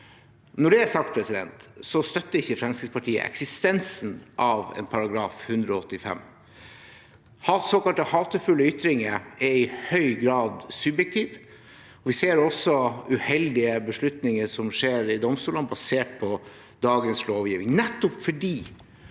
Når det er sagt, så støtter ikke Fremskrittspartiet eksistensen av § 185. Såkalte hatefulle ytringer er i høy grad subjektive, og vi ser også uheldige beslutninger i domstolene basert på dagens lovgivning,